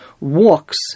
walks